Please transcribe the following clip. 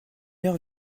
heure